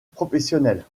professionnel